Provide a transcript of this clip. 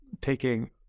taking